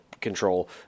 control